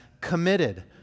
committed